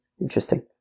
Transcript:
Interesting